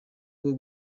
bwo